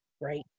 Right